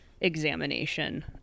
examination